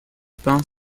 pins